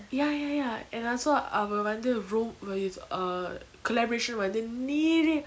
ya ya ya and also அவ வந்து ரொம்ப இது:ava vanthu romba ithu uh collaboration with in neeri